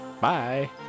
bye